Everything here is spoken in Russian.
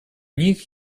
них